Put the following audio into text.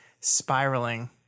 spiraling